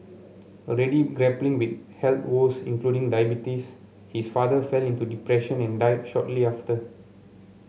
already grappling with health woes including diabetes his father fell into depression and died shortly after